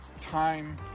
time